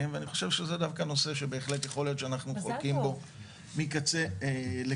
ואני חושב שזה דווקא נושא שבהחלט יכול להיות שאנחנו חולקים בו מקצה לקצה.